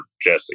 Jesse